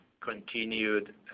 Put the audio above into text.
continued